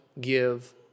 give